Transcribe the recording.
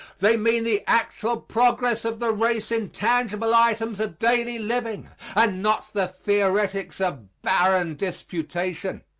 they mean the actual progress of the race in tangible items of daily living and not the theoretics of barren disputation.